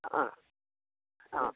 ആ ആ